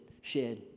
shared